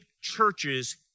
churches